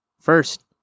first